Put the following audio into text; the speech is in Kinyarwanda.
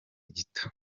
gito